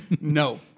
No